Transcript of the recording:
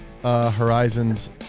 Horizons